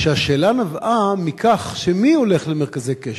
שהשאלה נבעה מכך שמי הולך למרכזי קשר,